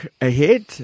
ahead